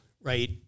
right